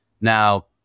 Now